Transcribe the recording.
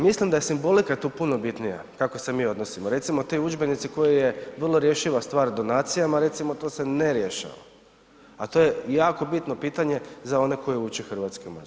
Mislim da je simbolika tu puno bitnija, kako se mi odnosimo, recimo ti udžbenici koji je vrlo rješiva stvar donacijama recimo to se ne rješava, a to je jako bitno pitanje za one koji uče hrvatski i mađarski.